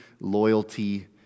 loyalty